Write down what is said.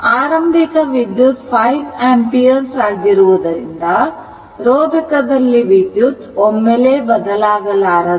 ಆರಂಭಿಕ ವಿದ್ಯುತ್ 5 ಆಂಪಿಯರ್ ಆಗಿರುವುದರಿಂದ ರೋಧಕದಲ್ಲಿ ವಿದ್ಯುತ್ ಒಮ್ಮೆಲೆ ಬದಲಾಗಲಾರದು